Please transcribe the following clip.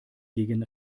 gegen